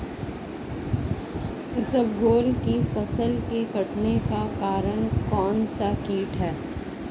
इसबगोल की फसल के कटने का कारण कौनसा कीट है?